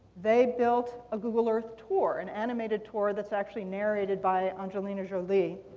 they built a google earth tour, an animated tour that's actually narrated by angelina jolie,